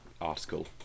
article